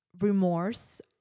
remorse